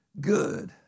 good